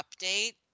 update